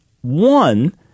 One